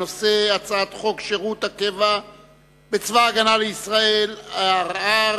הנושא: הצעת חוק שירות הקבע בצבא-הגנה לישראל (ערר,